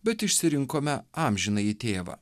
bet išsirinkome amžinąjį tėvą